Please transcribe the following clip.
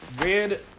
red